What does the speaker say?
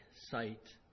sight